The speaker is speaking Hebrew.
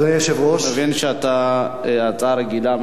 אדוני היושב-ראש, אני מבין שאתה, הצעה רגילה.